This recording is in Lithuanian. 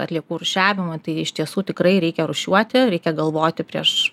atliekų rūšiavimui tai iš tiesų tikrai reikia rūšiuoti reikia galvoti prieš